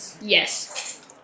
Yes